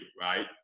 Right